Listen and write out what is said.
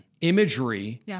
imagery